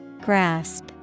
Grasp